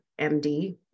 MD